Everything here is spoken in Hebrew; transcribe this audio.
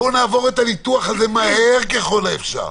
בואו נעבור את הניתוח הזה מהר ככל האפשר.